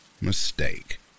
mistake